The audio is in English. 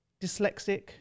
dyslexic